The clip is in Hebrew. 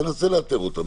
תנסה לאתר אותם